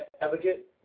advocate